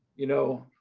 you know,